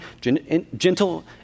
gentle